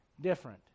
different